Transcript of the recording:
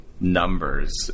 numbers